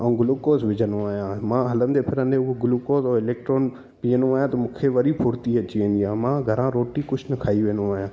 ऐं गुलुकोस विझंदो आहियां मां हलंदे फिरंदे उहो गुलुकोस ऐं इलैक्ट्रोल पीअंदो आहियां त मूंखे वरी फुर्ती अची वेंदी आहे मां घरा रोटी कुझु न खाई वेंदो आहियां